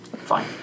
Fine